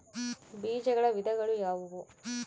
ಬೇಜಗಳ ವಿಧಗಳು ಯಾವುವು?